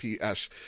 PS